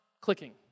clicking